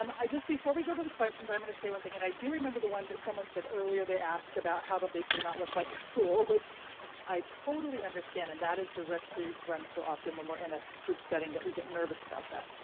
um i just before we go to the questions i'm going to say one thing and i do remember the ones that someone said earlier. they asked about how to basically not look like a fool which i totally understand and that is the risk we run so often when we're in a so group setting that we get nervous about that.